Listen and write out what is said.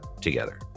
Together